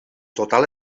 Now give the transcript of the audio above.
total